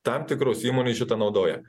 tam tikros įmonės šitą naudoja